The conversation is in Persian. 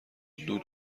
دود